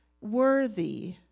worthy